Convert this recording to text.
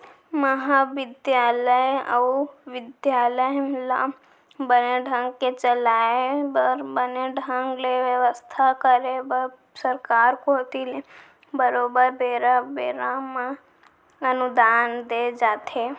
महाबिद्यालय अउ बिद्यालय ल बने ढंग ले चलाय बर बने ढंग ले बेवस्था करे बर सरकार कोती ले बरोबर बेरा बेरा म अनुदान दे जाथे